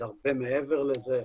זה הרבה מעבר לזה.